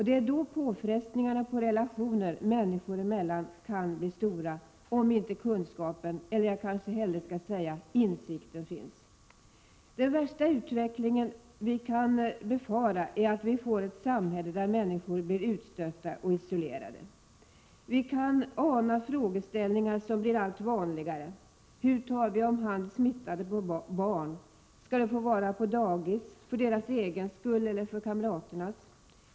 Det är då påfrestningarna på relationer människor emellan kan bli stora om inte kunskapen, eller jag kanske hellre skall säga insikten, finns. Den värsta utveckling vi kan befara är att vi får ett samhälle där människor blir utstötta och isolerade. Vi kan ana frågeställningar som kommer att bli allt vanligare. Hur skall vi ta om hand smittade barn; skall de få vara på dagis för deras egen skull eller, för kamraternas skull, inte?